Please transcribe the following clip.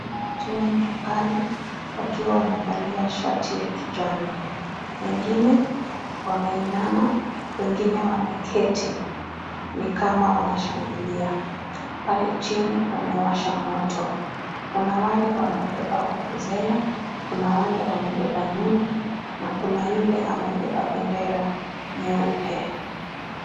Watu wengi pale wakiwa wamevalia shati ya kijano . Wengine wameinama , wengine wameketi ni kama wanashangilia . Pale chini wamewasha moto. Kuna wale wamebeba vuvuzela , kuna wale wamebeba nyundo na kuna yule amebeba bendera nyeupe .